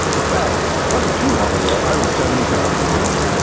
in fact, it wasn't too long ago i was seventy pounds over weight.